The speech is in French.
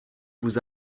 vous